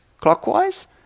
clockwise